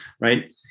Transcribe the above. right